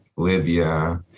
libya